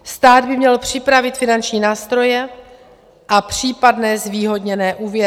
Stát by měl připravit finanční nástroje a případné zvýhodněné úvěry.